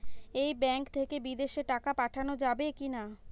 এই ব্যাঙ্ক থেকে বিদেশে টাকা পাঠানো যাবে কিনা?